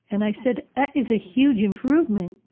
and i said, that is a huge improvement!